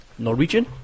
Norwegian